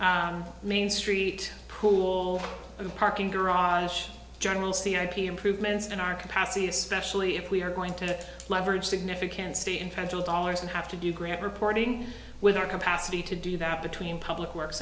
on main st paul a parking garage general see ip improvements in our capacity especially if we are going to leverage significant state and federal dollars and have to do great reporting with our capacity to do that between public works